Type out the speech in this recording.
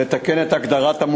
החוק אוסר את זה.